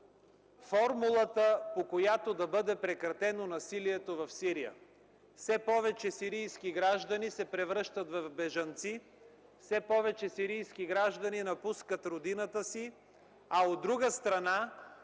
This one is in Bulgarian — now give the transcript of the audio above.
формулата, по която да бъде прекратено насилието в Сирия. Все повече сирийски граждани се превръщат в бежанци, все повече сирийски граждани напускат родината си, а от друга страна,